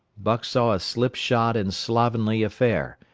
buck saw a slipshod and slovenly affair,